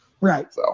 Right